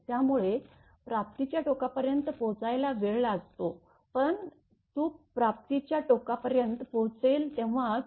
त्यामुळे प्राप्तीच्या टोकापर्यंत पोहोचायला वेळ लागतो पण तो प्राप्त ीच्या टोकापर्यंत पोहोचेल तेव्हा ते